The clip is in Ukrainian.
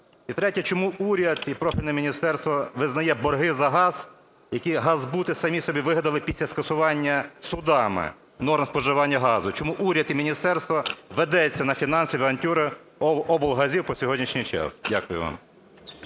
І третє. Чому уряд і профільне міністерство визнає борги за газ, який газзбути самі собі вигадали після скасування судами норм споживання газу? Чому уряд і міністерство ведеться на фінансові авантюри облгазів по сьогоднішній час? Дякую вам.